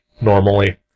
normally